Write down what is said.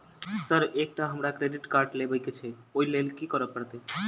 Sir एकटा हमरा credit card लेबकै छैय ओई लैल की करऽ परतै?